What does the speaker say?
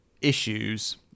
issues